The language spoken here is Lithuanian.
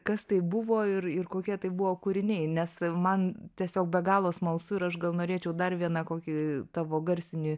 kas tai buvo ir ir kokie tai buvo kūriniai nes man tiesiog be galo smalsu ir aš gal norėčiau dar vieną kokį tavo garsinį